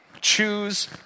Choose